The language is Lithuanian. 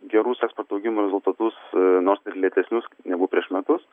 gerus eksporto augimo rezultatus nors ir lėtesnius negu prieš metus